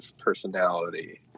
personality